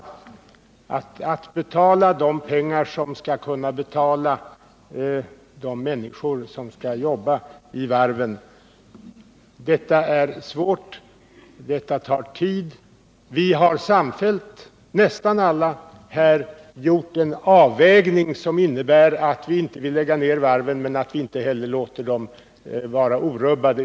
Det måste finnas en vilja att betala de pengar som behövs för att betala de människor som skall jobba vid varven. Vi har här nästan sam fällt gjort en avvägning som innebär att vi inte vill lägga ner varven men inte heller låta dem vara orubbade.